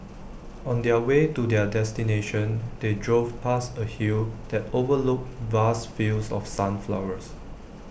on the way to their destination they drove past A hill that overlooked vast fields of sunflowers